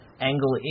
angle